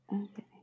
Okay